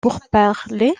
pourparlers